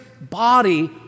body